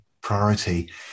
priority